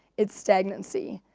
it's stagnancy.